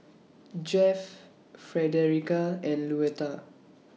Jeff Frederica and Luetta